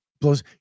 blows